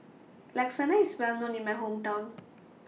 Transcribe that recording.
Lasagna IS Well known in My Hometown